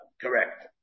Correct